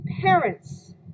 parents